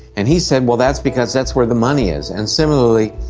and he said, well, that's because that's where the money is. and similarly,